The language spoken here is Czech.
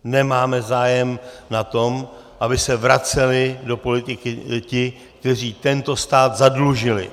Nemáme zájem na tom, aby se vraceli do politiky ti, kteří tento stát zadlužili.